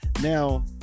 Now